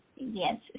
Yes